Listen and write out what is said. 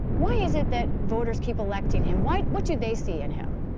why is it that voters keep electing him? why what do they see in him?